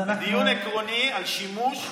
זה דיון עקרוני על שימוש בתקדימים,